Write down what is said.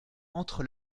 entre